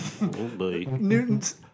Newton's